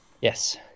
yes